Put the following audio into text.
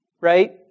right